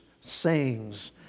sayings